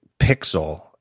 pixel